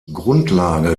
grundlage